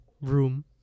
room